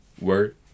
Word